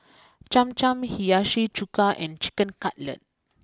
Cham Cham Hiyashi Chuka and Chicken Cutlet